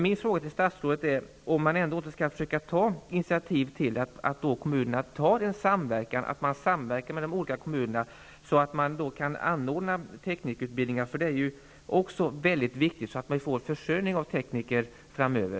Min fråga till statsrådet är om man ändå inte skall försöka ta initiativ till en samverkan med de olika kommunerna, så att man kan anordna teknikerutbildningar. Det är också mycket viktigt med en försörjning av tekniker framöver.